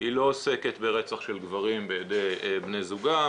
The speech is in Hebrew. היא לא עוסקת ברצח של גברים בידי בני זוגם,